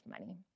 money